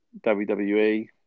WWE